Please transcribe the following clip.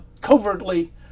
covertly